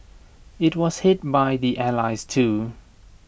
IT was hit by the allies too